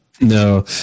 No